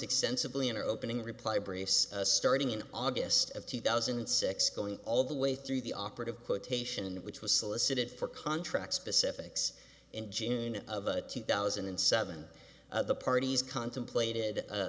extensively in her opening reply brace starting in august of two thousand and six going all the way through the operative quotation which was solicited for contract specifics in june of two thousand and seven the parties contemplated a